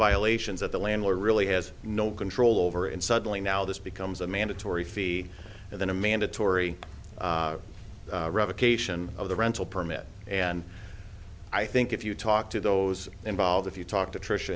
violations of the landlord really has no control over and suddenly now this becomes a mandatory fee and then a mandatory revocation of the rental permit and i think if you talk to those involved if you talk to tri